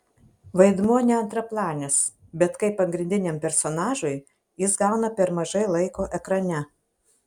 vaidmuo ne antraplanis bet kaip pagrindiniam personažui jis gauna per mažai laiko ekrane